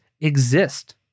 exist